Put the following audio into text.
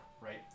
Right